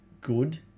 good